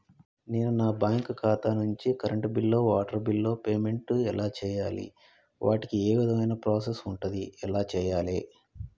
నేను నా బ్యాంకు ఖాతా నుంచి కరెంట్ బిల్లో వాటర్ బిల్లో పేమెంట్ ఎలా చేయాలి? వాటికి ఏ విధమైన ప్రాసెస్ ఉంటది? ఎలా చేయాలే?